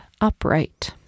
upright